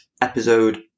episode